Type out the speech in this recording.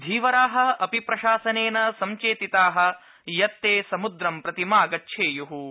धीवरा अपि प्रशासनेन सञ्चेतिता यत् ते समुद्रं प्रति मा गच्छेय्